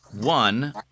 One